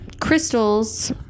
crystals